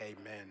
Amen